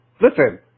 Listen